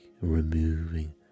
removing